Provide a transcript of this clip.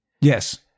yes